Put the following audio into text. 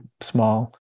small